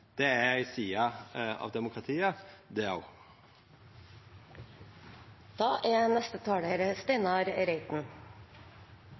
Det er ei side av demokratiet det